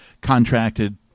contracted